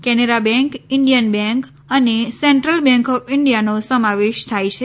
Canara bank Indian bank અને central bank of ઈન્ડિયાનો સમાવેશ થાય છે